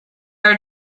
are